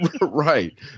Right